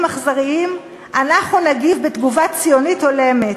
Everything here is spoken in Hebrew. רצחניים אנחנו נגיב תגובה ציונית הולמת.